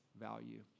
value